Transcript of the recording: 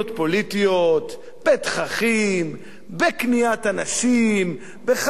בתככים, בקניית אנשים, בחלוקת אתננים.